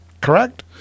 Correct